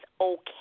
okay